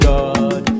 God